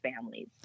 families